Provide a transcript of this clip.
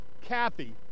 kathy